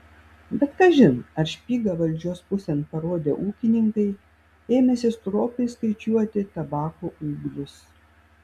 bet kažin ar špygą valdžios pusėn parodę ūkininkai ėmėsi stropiai skaičiuoti tabako ūglius